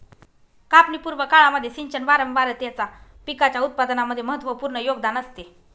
कापणी पूर्व काळामध्ये सिंचन वारंवारतेचा पिकाच्या उत्पादनामध्ये महत्त्वपूर्ण योगदान असते